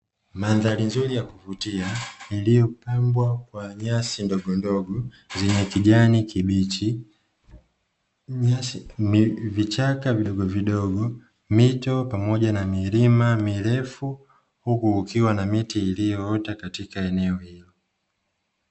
Madhari nzuri ya kuvutia iliopambwa kwa nyasi ndogondogo zenye kijani kibichi. Vichaka vidogovidogo, mito pamoja na milima mirefu huku kukiwa na miti iliyoota katika eneo hilo.